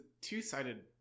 two-sided